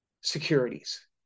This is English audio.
securities